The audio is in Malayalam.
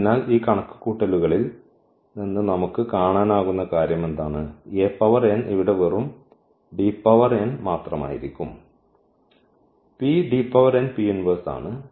അതിനാൽ ഈ കണക്കുകൂട്ടലുകളിൽ നിന്ന് നമുക്ക് കാണാനാകുന്ന കാര്യം എന്താണ് ഇവിടെ വെറും മാത്രമായിരിക്കും ഈ ആണ്